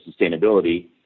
sustainability